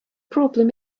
problem